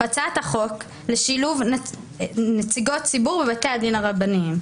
הוא הצעת החוק לשילוב נציגות ציבור בבתי הדין הרבניים.